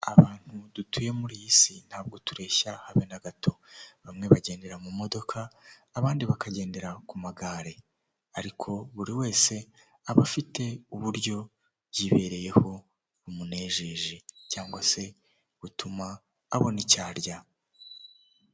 Mu buzima bw'umuntu habamo gukenera kwambara imyambaro myinshi itandukanye ndetse n'inkweto aba bagabo babiri, umwe yambaye ishati y'umweru, ipantaro y'umukara ndetse n'inkweto z'umweru undi yambaye umupira w'umukara n'ipantaro ya kacyi ndetse n'inkweto z'igitaka.